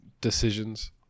decisions